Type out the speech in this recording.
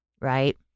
Right